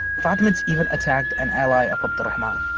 fatimids even attacked an ally of but